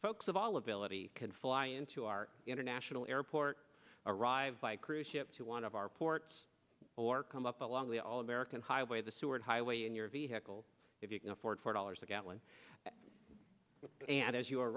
folks of all abilities can fly into our international airport arrive by cruise ship to want of our ports or come up along the all american highway the seward highway in your vehicle if you can afford four dollars a gallon and as you ar